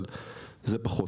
אבל זה פחות.